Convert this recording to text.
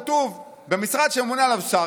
כתוב: במשרד שממונה עליו שר,